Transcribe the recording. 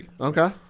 Okay